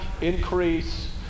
increase